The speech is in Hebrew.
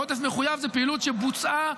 עודף מחויב זה פעילות שבוצעה,